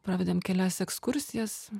pravedėm kelias ekskursijas